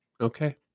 Okay